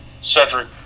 Cedric